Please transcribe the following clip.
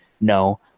No